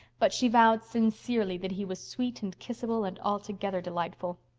but she vowed sincerely that he was sweet and kissable and altogether delightful.